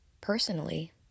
personally